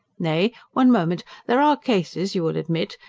nay, one moment! there are cases, you will admit,